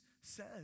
says